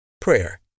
prayer